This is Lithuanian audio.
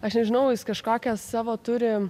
aš nežinau jis kažkokią savo turi